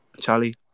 Charlie